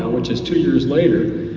which is two years later,